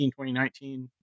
2019